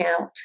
out